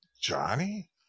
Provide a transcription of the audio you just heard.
Johnny